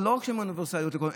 ולא רק שהן אוניברסליות לכולם,